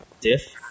diff